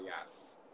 Yes